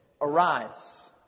Arise